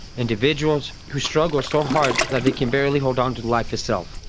individuals who struggle so hard that they can barely hold on to life itself.